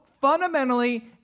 fundamentally